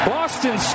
Boston